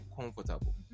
comfortable